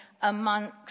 amongst